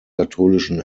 katholischen